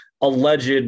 alleged